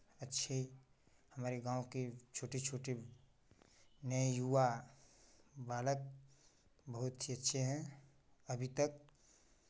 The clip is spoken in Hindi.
अच्छे हमारे गाँव के छोटे छोटे नए युवा बालक बहुत ही अच्छे हैं अभी तक